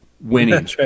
Winning